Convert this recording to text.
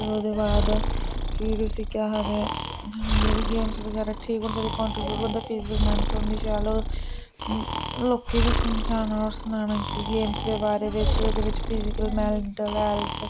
फेर ओह्दे बाद फिर उसी केह् आखदे मतलब कि गेम्स बगैरा ठीक होनी चाहिदी कांट्रीबूट बंदा फिजीकली मैहनत होंदी शैल लोकें बी समझाना होर सनानां कि गेम्स दे बारे बिच्च ओह्दे बिच्च फिजीकल मैंटल हैल्थ